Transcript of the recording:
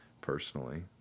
personally